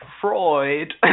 Freud